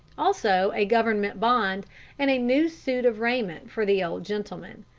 also a government bond and a new suit of raiment for the old gentleman.